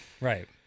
right